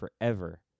forever